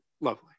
Lovely